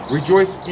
Rejoice